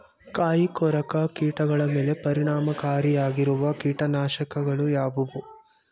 ಕಾಯಿಕೊರಕ ಕೀಟಗಳ ಮೇಲೆ ಪರಿಣಾಮಕಾರಿಯಾಗಿರುವ ಕೀಟನಾಶಗಳು ಯಾವುವು?